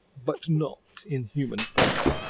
but not in human form.